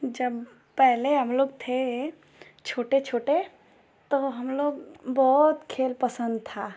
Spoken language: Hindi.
जब पहले हमलोग थे छोटे छोटे तो हमलोग बहुत खेल पसन्द था